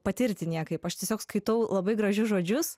patirti niekaip aš tiesiog skaitau labai gražius žodžius